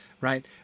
right